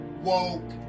woke